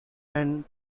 then